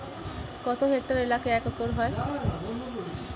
কত হেক্টর এলাকা এক একর হয়?